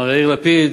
מר יאיר לפיד,